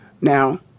Now